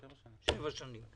שבע שנים.